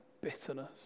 bitterness